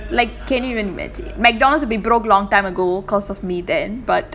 like can you even imagine McDonald's will be broke long time ago because of me then but